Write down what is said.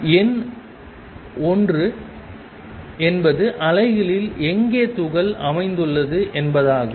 எண் ஒன்று என்பது அலைகளில் எங்கே துகள் அமைந்துள்ளது என்பதாகும்